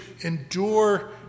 endure